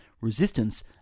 resistance